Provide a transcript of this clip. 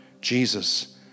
Jesus